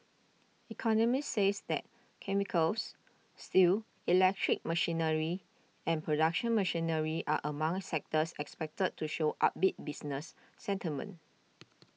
economists says that chemicals steel electric machinery and production machinery are among sectors expected to show upbeat business sentiment